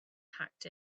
packed